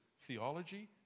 theology